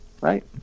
right